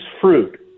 fruit